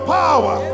power